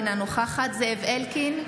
אינה נוכחת זאב אלקין,